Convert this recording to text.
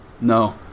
No